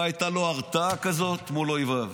לא הייתה לו הרתעה כזו מול אויביו.